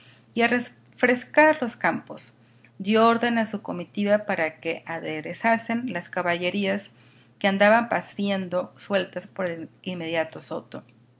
a refrescar los campos dio orden a su comitiva para que aderezasen las caballerías que andaban paciendo sueltas por el inmediato soto